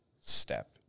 step